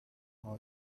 heart